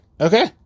Okay